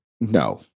No